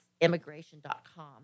Immigration.com